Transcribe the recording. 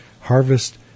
harvest